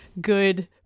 good